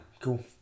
Cool